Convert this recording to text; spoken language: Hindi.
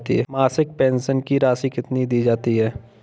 मासिक पेंशन की राशि कितनी दी जाती है?